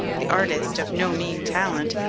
the artist, of no mean talent,